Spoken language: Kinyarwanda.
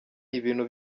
ibintu